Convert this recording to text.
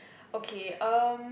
okay um